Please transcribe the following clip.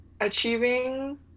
Achieving